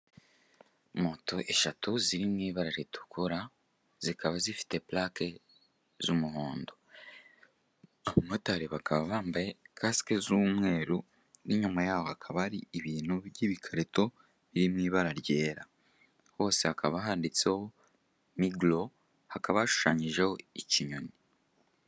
Moto eshatu ziri mu ibara ritukura, zikaba zifite pulake z'umuhondo. Abamotari bakaba bambaye kasike z'umweru n'inyuma yabo hakaba hari ibintu by'ibikarito biri mu ibara ryera. Hose hakaba handitseho Miglo, hakaba hashushanyijeho ikinyoni.